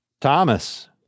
Thomas